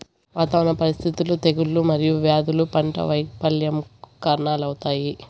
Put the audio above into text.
వాతావరణ పరిస్థితులు, తెగుళ్ళు మరియు వ్యాధులు పంట వైపల్యంకు కారణాలవుతాయి